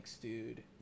dude